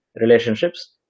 relationships